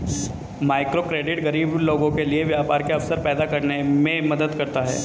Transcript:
microcredit गरीब लोगों के लिए व्यापार के अवसर पैदा करने में मदद करता है